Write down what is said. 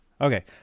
okay